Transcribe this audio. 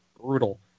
brutal